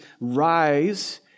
rise